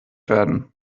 werden